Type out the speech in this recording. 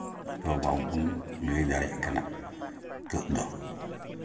ᱟᱫᱚ ᱵᱟᱵᱚᱱ ᱞᱟᱹᱭ ᱫᱟᱲᱮᱭᱟᱜ ᱠᱟᱱᱟ ᱱᱤᱛᱚᱜ ᱫᱚ